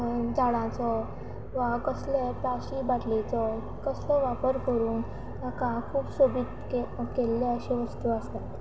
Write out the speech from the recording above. झाडांचो वा कसले प्लास्टीक बाटलेचो कसलो वापर करून ताका खूब सोबीत केल्ले अश्यो वस्तू आसात